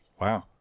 Wow